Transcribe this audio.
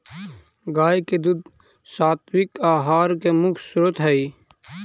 गाय के दूध सात्विक आहार के मुख्य स्रोत हई